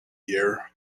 year